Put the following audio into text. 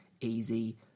Easy